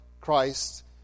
Christ